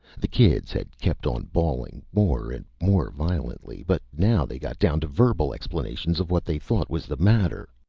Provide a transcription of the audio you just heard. the kids had kept on bawling more and more violently. but now they got down to verbal explanations of what they thought was the matter